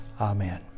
Amen